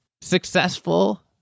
successful